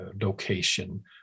location